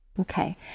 Okay